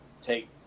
take